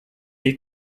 ell